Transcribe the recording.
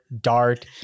dart